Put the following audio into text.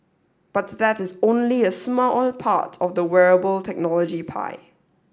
but that is only a smart part of the wearable technology pie